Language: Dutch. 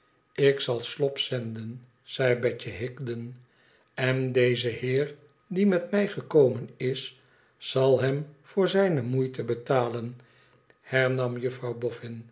lik zal slop zenden zei betje higden en deze heer die met mij gekomen is zal hem voor zijne moeite betalen hernam juffrouw